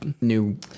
new